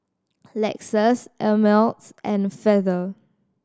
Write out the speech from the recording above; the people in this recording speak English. Lexus Ameltz and Feather